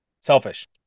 selfish